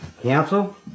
Council